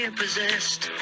possessed